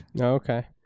Okay